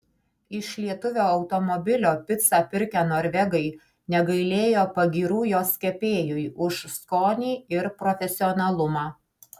iš lietuvio automobilio picą pirkę norvegai negailėjo pagyrų jos kepėjui už skonį ir profesionalumą